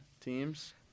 teams